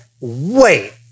wait